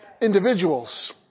individuals